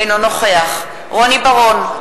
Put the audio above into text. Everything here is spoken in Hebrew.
אינו נוכח רוני בר-און,